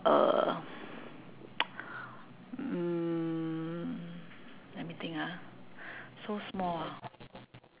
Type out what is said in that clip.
uh mm let me think ah so small ah